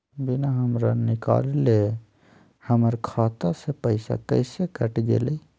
बिना हमरा निकालले, हमर खाता से पैसा कैसे कट गेलई?